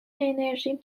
انرژیم